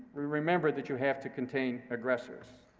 we remembered that you have to contain aggressors.